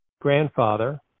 grandfather